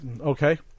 Okay